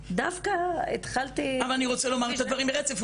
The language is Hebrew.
דווקא התחלתי -- אבל אני רוצה לומר את הדברים ברצף,